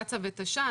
קצא"א ותש"ן,